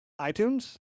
itunes